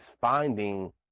finding